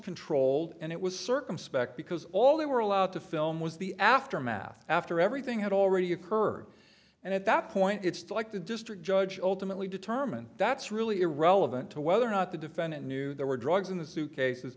controlled and it was circumspect because all they were allowed to film was the aftermath after everything had already occurred and at that point it's like the district judge ultimately determine that's really irrelevant to whether or not the defendant knew there were drugs in the suitcases